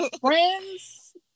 friends